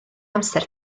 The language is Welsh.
amser